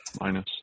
Minus